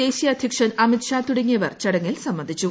ദേശീയ അധ്യക്ഷൻ അമിത് ഷാ തുടങ്ങിയവർ ചടങ്ങിൽ സംബന്ധിച്ചു